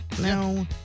No